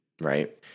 right